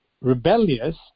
rebellious